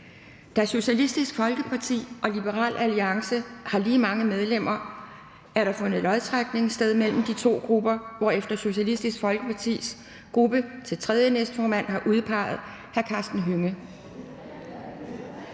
Da Socialistisk Folkeparti og Liberal Alliance har lige mange medlemmer, har der fundet lodtrækning sted mellem de to grupper, hvorefter Socialistisk Folkepartis gruppe til tredje næstformand har udpeget hr. Karsten Hønge